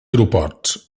aeroports